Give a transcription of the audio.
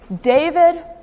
David